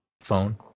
phone